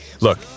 look